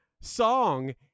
song